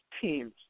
teams